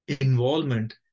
involvement